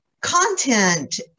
content